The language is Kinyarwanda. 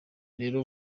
rero